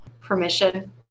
permission